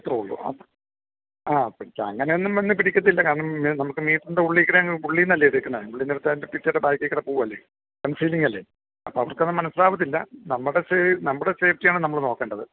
അത്രയും ഉള്ളു ആ അങ്ങനൊന്നും വന്ന് പിടിക്കത്തില്ല കാരണം നമുക്ക് മീറ്ററിൻ്റെ ഉള്ളിൽ കൂടെ അങ്ങു ഉള്ളിൽ നിന്നല്ലേ എടുത്തേക്കുന്നത് ഉള്ളിൽ നിന്ന് എടുത്ത് കിച്ചണിൻ്റെ ബാക്കിൽ കൂടെ പോവുകയല്ലേ കൺസീലിങ്ങല്ലെ അപ്പം അവർക്കത് മനസിലാവത്തില്ല നമ്മുടെ സേ നമ്മുടെ സേഫ്റ്റിയാണ് നമ്മൾ നോക്കേണ്ടത്